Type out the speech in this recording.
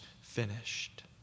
finished